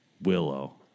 Willow